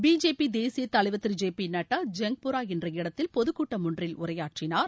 B J P தேசிய தலைவர் திரு ஜே பி நட்டா ஜனக்புரா என்ற இடத்தில் பொதுக்கூட்டம் ஒன்றில் உரையாற்றினார்